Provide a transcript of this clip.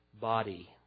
body